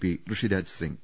P Rishi Raj Singh